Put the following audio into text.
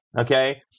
okay